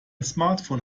smartphone